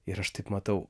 ir aš taip matau